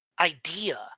Idea